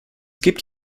gibt